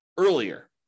earlier